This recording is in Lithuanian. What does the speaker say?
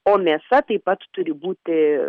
o mėsa taip pat turi būti